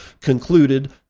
concluded